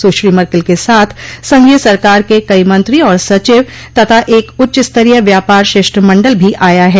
सुश्री Merkel के साथ संघीय सरकार के कई मंत्री और सचिव तथा एक उच्चस्तरीय व्यापार शिष्टमंडल भी आया है